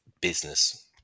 business